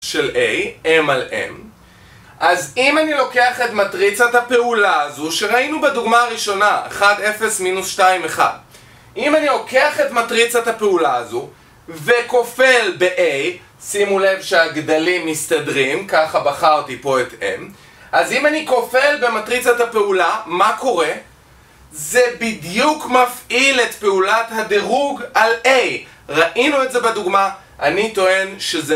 של A, M על M אז אם אני לוקח את מטריצת הפעולה הזו שראינו בדוגמה הראשונה 1, 0, מינוס 2, 1 אם אני לוקח את מטריצת הפעולה הזו וכופל ב-A שימו לב שהגדלים מסתדרים ככה בחרתי פה את M אז אם אני כופל במטריצת הפעולה מה קורה? זה בדיוק מפעיל את פעולת הדירוג על A ראינו את זה בדוגמה אני טוען שזה...